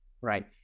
Right